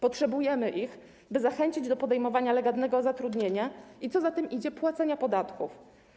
Potrzebujemy ich, by zachęcić do podejmowania legalnego zatrudnienia i co za tym idzie - płacenia podatków.